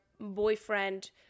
boyfriend